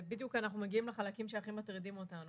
אנחנו מגיעים לחלקים שהכי מטרידים אותנו.